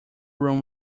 room